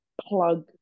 plug